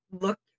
look